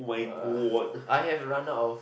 err I have run out of